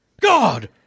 God